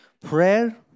Prayer